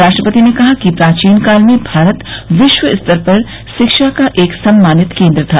राष्ट्रपति ने कहा कि प्राचीन काल में भारत विश्वस्तर पर शिक्षा का एक सम्मानित केंद्र था